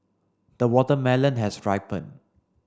the watermelon has ripened